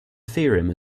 theorem